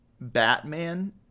Batman